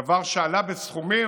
זה דבר שעלה בסכומים,